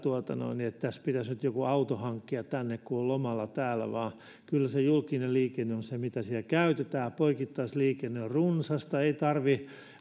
että pitäisi joku auto hankkia sinne kun on lomalla siellä vaan kyllä se julkinen liikenne on se mitä siellä käytetään poikittaisliikenne on runsasta ei tarvitse